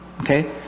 Okay